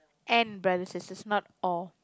and brother sisters not all